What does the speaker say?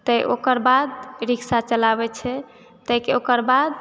ओकरबाद रिक्शा चलाबैत छै ताहिके ओकरबाद